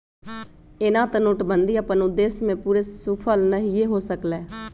एना तऽ नोटबन्दि अप्पन उद्देश्य में पूरे सूफल नहीए हो सकलै